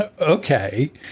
Okay